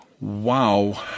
wow